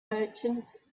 merchants